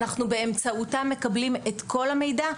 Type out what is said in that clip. באמצעותה אנחנו מקבלים את כל המידע,